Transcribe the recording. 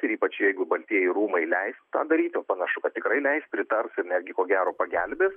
ir ypač jeigu baltieji rūmai leis tą daryti o panašu kad tikrai leis pritars ir net gi ko gero pagelbės